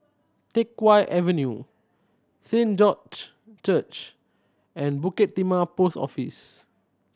Teck Whye Avenue Saint George Church and Bukit Timah Post Office